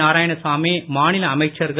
நாராயணசாமி மாநில அமைச்சர்கள்